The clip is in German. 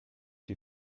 die